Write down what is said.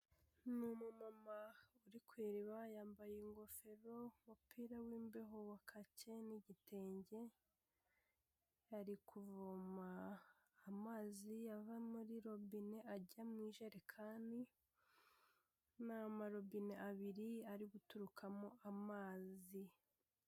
Umumama urikureba yambaye ingofero, umupira w'imbeho wa kake n'igitenge. Arikuvoma amazi ava muri robine ajya mu ijerekani. Ni amarobine abiri ariguturukamo amazi.